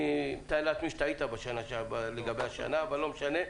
אני מתאר לעצמי שטעית לגבי השנה אבל לא משנה,